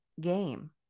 game